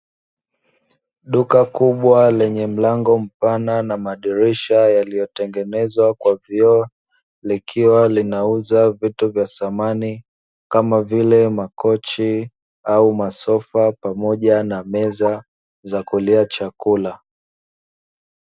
Duka kubwa lenye mlango mpana na madirisha yaliyotengenezwa kwa vioo, likiwa linauza vitu vya samani kama vile makochi au masofa pamoja na meza za kulia chakula.